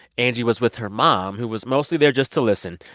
angie was with her mom, who was mostly there just to listen.